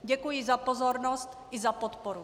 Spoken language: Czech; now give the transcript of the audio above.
Děkuji za pozornost i za podporu.